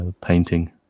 painting